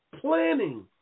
planning